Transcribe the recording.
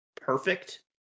perfect